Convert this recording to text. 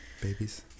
babies